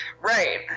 Right